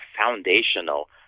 foundational